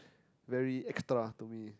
very extra to me